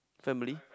family